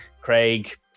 Craig